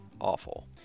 awful